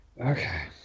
Okay